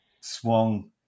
swung